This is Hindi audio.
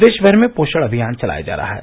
प्रदेश भर में पोषण अभियान चलाया जा रहा है